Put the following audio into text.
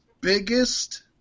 biggest